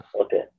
Okay